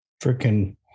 freaking